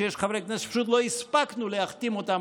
שיש חברי כנסת שלא הספקנו להחתים אותם.